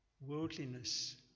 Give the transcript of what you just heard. Worldliness